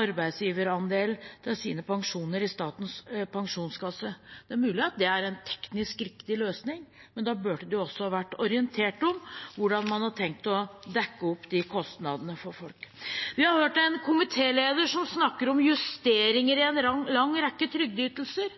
arbeidsgiverandel av sine pensjoner i Statens pensjonskasse. Det er mulig det er en teknisk riktig løsning, men da burde det også vært orientert om hvordan man har tenkt å dekke opp de kostnadene for folk. Vi har hørt en komitéleder som snakker om justeringer i en